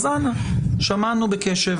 שמענו בקשב,